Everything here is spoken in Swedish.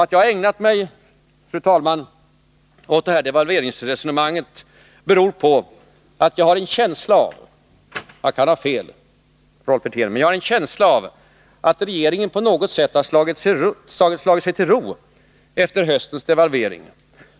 Att jag ägnat mig åt det här devalveringsresonemanget beror på att jag har en känsla av — jag kan ha fel, Rolf Wirtén — att regeringen på något sätt har slagit sig till ro efter höstens devalvering.